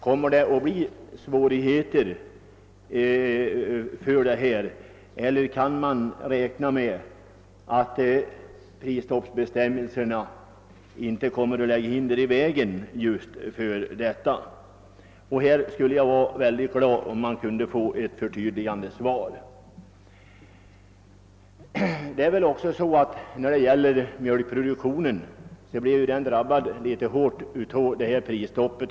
Kommer det att bli svårigheter för dessa, som i högsta grad är låglönegrupper, eller kan man räkna med att prisstoppsbestämmelserna inte lägger hinder i vägen för dem? Jag skulle bli mycket glad om jag här kunde få ett förtydligande svar. Mjölkproduktionen drabbades ju rätt hårt av prisstoppet.